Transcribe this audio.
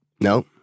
no